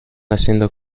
haciendo